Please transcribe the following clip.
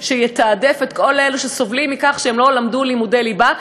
שיתעדף את כל אלה שסובלים מכך שהם לא למדו לימודי ליבה,